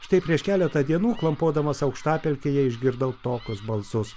štai prieš keletą dienų klampodamas aukštapelkėje išgirdau tokius balsus